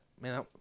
Man